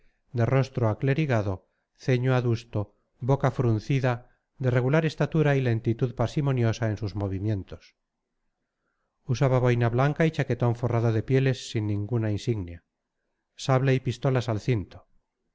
de rostro aclerigado ceño adusto boca fruncida de regular estatura y lentitud parsimoniosa en sus movimientos usaba boina blanca y chaquetón forrado de pieles sin ninguna insignia sable y pistolas al cinto